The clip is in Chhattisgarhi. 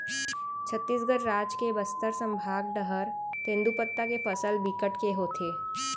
छत्तीसगढ़ राज के बस्तर संभाग डहर तेंदूपत्ता के फसल बिकट के होथे